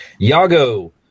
Yago